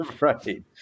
Right